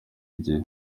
igihe